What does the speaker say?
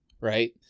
right